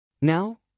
Now